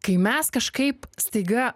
kai mes kažkaip staiga